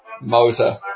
Motor